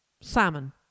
salmon